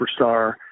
superstar